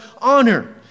honor